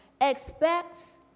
expects